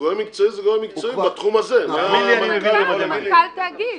גורם מקצועי בתחום הזה, מה מנכ"ל יכול להגיד לי?